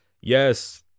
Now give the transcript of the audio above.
Yes